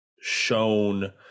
shown